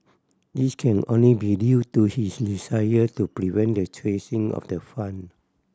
this can only be due to his desire to prevent the tracing of the fund